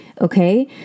Okay